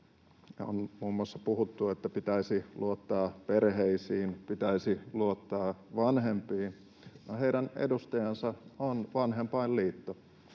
on muun muassa puhuttu, että pitäisi luottaa perheisiin, pitäisi luottaa vanhempiin. No, heidän edustajansa on Vanhempainliitto,